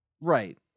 right